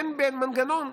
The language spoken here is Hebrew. אין מנגנון.